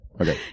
Okay